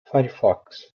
firefox